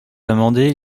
amendé